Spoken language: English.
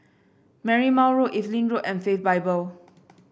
Marymount Road Evelyn Road and Faith Bible